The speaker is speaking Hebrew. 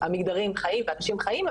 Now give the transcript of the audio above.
המגדרים חיים ואנשים חיים,